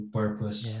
purpose